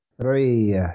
three